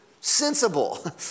sensible